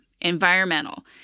environmental